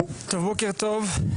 בוקר טוב,